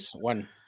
one